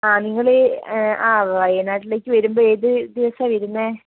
ആ നിങ്ങൾ ആ വയനാട്ടിലേക്ക് വരുമ്പോൾ ഏത് ദിവസാ വരുന്നത്